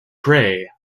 prey